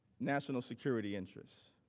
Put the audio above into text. national security interest.